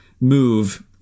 move